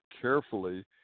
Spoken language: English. carefully